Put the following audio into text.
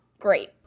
Great